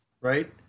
right